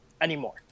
anymore